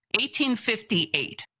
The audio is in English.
1858